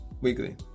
Weekly